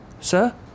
sir